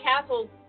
castle